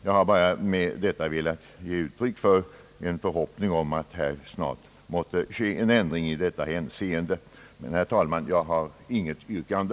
Jag har bara med detta velat ge uttryck åt en förhoppning om att det snart sker en ändring i detta hänseende. Herr talman! Jag har i denna del intet yrkande.